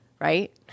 Right